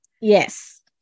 Yes